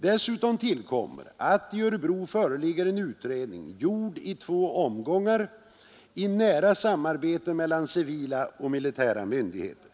Dessutom tillkommer att beträffande Örebro föreligger en utredning gjord i två omgångar, i nära samarbete mellan civila och militära myndigheter.